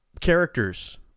Characters